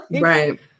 right